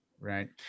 right